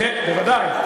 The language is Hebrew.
כן, בוודאי.